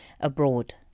abroad